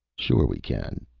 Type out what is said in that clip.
sure we can,